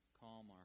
calm